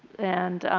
and,